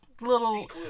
little